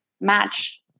match